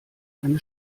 eine